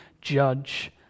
judge